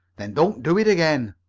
then don't do it again.